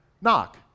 knock